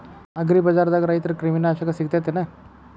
ಅಗ್ರಿಬಜಾರ್ದಾಗ ರೈತರ ಕ್ರಿಮಿ ನಾಶಕ ಸಿಗತೇತಿ ಏನ್?